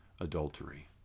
adultery